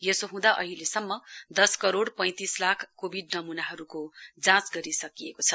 यसो हुँदा अहिलेसम्म दस करोइ पैंतिस लाख कोविड नमूनाहरुको जाँच गरिसकिएको छ